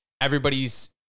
Everybody's